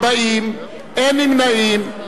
40. אין נמנעים.